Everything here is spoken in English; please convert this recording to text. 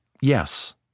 yes